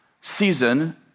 season